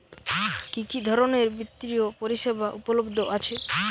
কি কি ধরনের বৃত্তিয় পরিসেবা উপলব্ধ আছে?